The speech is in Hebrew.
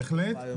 בהחלט.